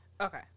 okay